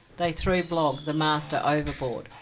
they threw blogg, the master, overboard,